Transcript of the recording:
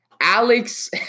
Alex